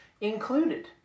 included